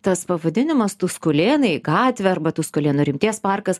tas pavadinimas tuskulėnai gatvę arba tuskulėnų rimties parkas